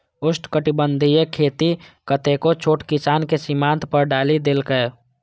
उष्णकटिबंधीय खेती कतेको छोट किसान कें सीमांत पर डालि देलकै